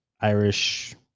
Irish